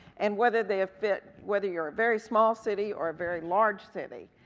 and whether they fit, whether you're a very small city or a very large city,